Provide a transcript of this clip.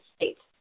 States